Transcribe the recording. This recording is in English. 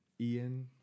Ian